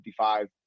55